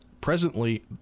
presently